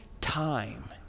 time